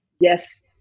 yes